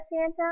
Santa